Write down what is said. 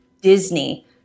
disney